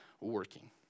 working